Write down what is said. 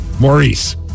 Maurice